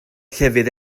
llefydd